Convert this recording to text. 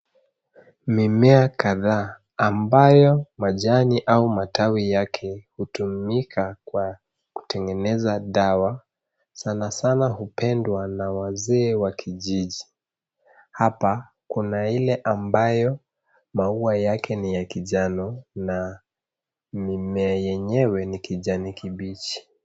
Mimea kadhaa ambayo majani au matawi yake hutumika kwa kutengeneza dawa, sanasana hupendwa na wazee wa kijiji. Hapa, kuna ile ambayo maua yake ni ya kijani na mimea yenyewe ni kijani kibichi.